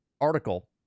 article